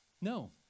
No